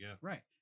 Right